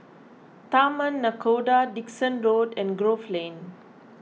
Taman Nakhoda Dickson Road and Grove Lane